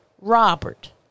Robert